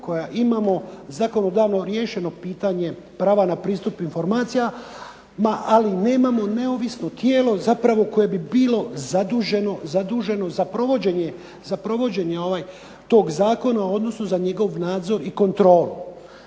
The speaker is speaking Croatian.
koja imamo riješeno zakonodavno pitanje prava na pristup informacijama, ali nemamo neovisno tijelo koje bi bilo zaduženo za provođenje tog Zakona odnosno njegov nadzor i kontrolu.